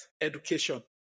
education